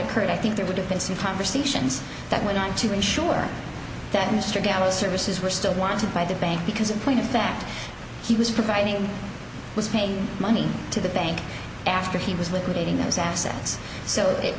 occurred i think there would have been some conversations that went on to ensure that mr galloway services were still wanted by the bank because in point of fact he was providing was paying money to the bank after he was liquidated those assets so